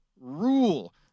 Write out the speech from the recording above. rule